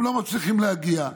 הם לא מצליחים להגיע,